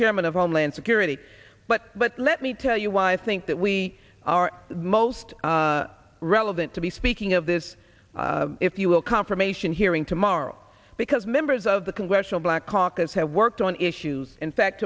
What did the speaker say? mean of homeland security but but let me tell you why i think that we are the most relevant to be speaking of this if you will confirmation hearing tomorrow because members of the congressional black caucus have worked on issues in fact